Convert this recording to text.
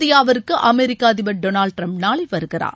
இந்தியாவிற்கு அமெரிக்க அதிபர் டொனால்ட் டிரம்ப் நாளை வருகிறார்